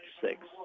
six